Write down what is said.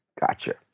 Gotcha